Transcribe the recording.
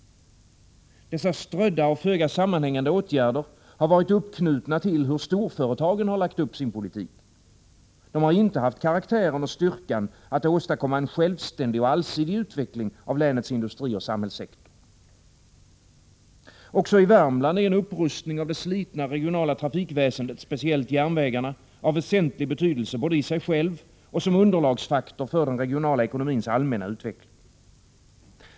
Dessa strödda och föga sammanhängande åtgärder har varit uppknutna till hur storföretagen lagt upp sin politik. De har inte haft karaktären och styrkan att åstadkomma en självständig allsidig utveckling av länets industri och samhällssektor. Också i Värmland är en upprustning av det slitna regionala trafikväsendet, speciellt järnvägarna, av väsentlig betydelse både i sig själv och som underlagsfaktor för den regionala ekonomins allmänna utveckling.